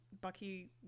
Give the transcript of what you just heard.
Bucky